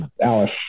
Alice